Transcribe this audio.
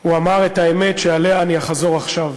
הוא אמר את האמת שעליה אני אחזור עכשיו: